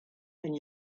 and